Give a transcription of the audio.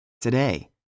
Today